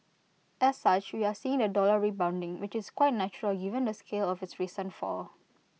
as such we are seeing the dollar rebounding which is quite natural given the scale of its recent fall